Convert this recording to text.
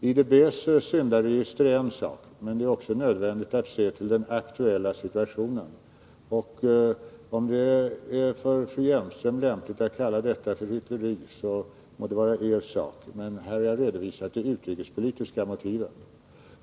IDB:s syndaregister är en sak, men det är också nödvändigt att se till den aktuella situationen. Om det är lämpligt för fru Hjelmström att kalla detta hyckleri må det vara hennes sak, men här har jag redovisat de utrikespolitiska motiven.